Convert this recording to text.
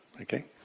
Okay